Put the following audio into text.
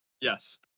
Yes